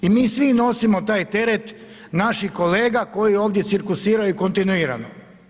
I mi svi nosimo taj teret naših kolega koji ovdje cirkusiraju kontinuirano.